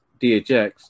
-DHX